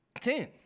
Ten